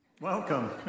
welcome